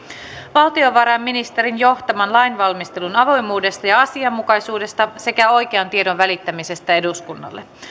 valtiovarainministerin johtaman lainvalmistelun avoimuudesta ja asianmukaisuudesta sekä oikean tiedon välittämisestä eduskunnalle